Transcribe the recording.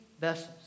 vessels